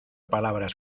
palabras